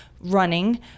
running